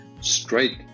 straight